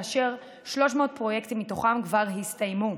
ו-300 פרויקטים מתוכם כבר הסתיימו.